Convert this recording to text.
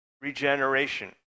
regeneration